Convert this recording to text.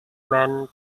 man